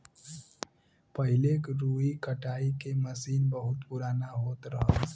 पहिले रुई कटाई के मसीन बहुत पुराना होत रहल